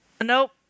Nope